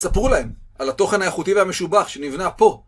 ספרו להם על התוכן האיכותי והמשובח שנבנה פה.